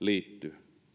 liittyy